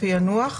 של הפענוח,